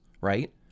right